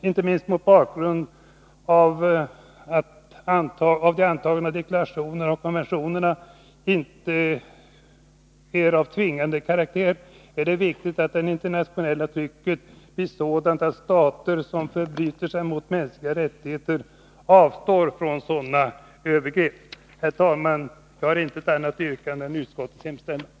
Inte minst mot bakgrund av att antagna deklarationer och konventioner inte är av tvingande karaktär är det viktigt att det internationella trycket blir sådant att stater som förbryter sig mot de mänskliga rättigheterna avstår från sådana övergrepp. Herr talman! Jag har inget annat yrkande än bifall till utskottets hemställan.